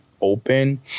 open